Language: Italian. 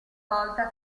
volta